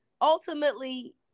ultimately